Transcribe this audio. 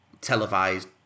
televised